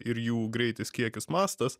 ir jų greitis kiekis mastas